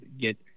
get